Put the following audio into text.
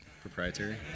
Proprietary